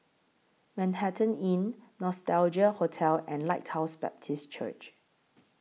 Manhattan Inn Nostalgia Hotel and Lighthouse Baptist Church